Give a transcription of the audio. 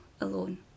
alone